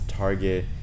target